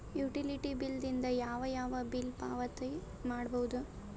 Utility bill ದಿಂದ ಯಾವ ಯಾವ ಬಿಲ್ ಪಾವತಿ ಮಾಡಬಹುದು?